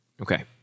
Okay